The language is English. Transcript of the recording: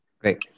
Great